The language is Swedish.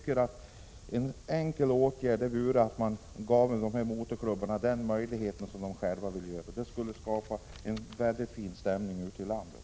En enkel åtgärd vore att ge motorklubbarna den möjlighet som de själva vill ha. Det skulle skapa en mycket fin stämning ute i landet.